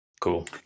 Cool